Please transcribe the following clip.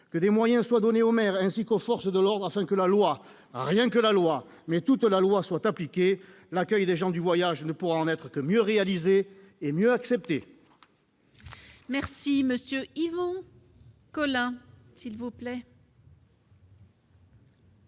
Que des moyens soient donnés aux maires ainsi qu'aux forces de l'ordre afin que la loi, rien que la loi, mais toute la loi, soit appliquée ! L'accueil des gens du voyage ne pourra qu'en être mieux assuré et mieux accepté. La parole est à M. Yvon Collin. Madame la